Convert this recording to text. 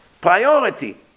priority